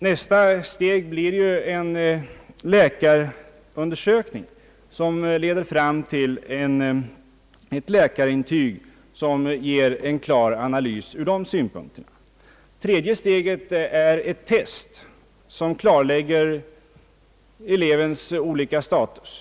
Nästa steg blir en läkarundersökning, som leder fram till ett läkarintyg, vilket ger en klar analys av de medicinska synpunkterna. Det tredje steget är ett test, som klarlägger elevens intellektuella status.